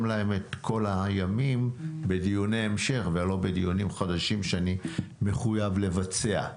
להם את כל הימים בדיוני המשך ולא בדיונים חדשים שאני מחויב לבצע.